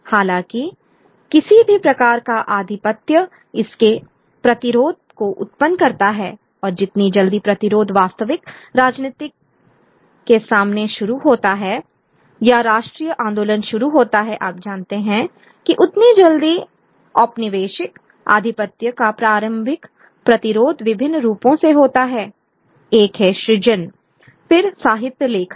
हालाँकि किसी भी प्रकार का आधिपत्य इसके प्रतिरोध को उत्पन्न करता है और जितनी जल्दी प्रतिरोध वास्तविक राजनीतिक के सामने शुरु होता है या राष्ट्रीय आंदोलन शुरु होता है आप जानते हैं कि उतनी जल्दी औपनिवेशिक आधिपत्य का प्रारंभिक प्रतिरोध विभिन्न रूपों से होता है एक है सृजन फिर साहित्य लेखन